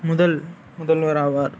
முதல் முதல்வர் ஆவார்